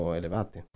elevati